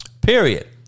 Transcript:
Period